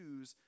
choose